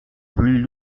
plus